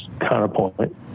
counterpoint